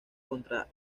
contra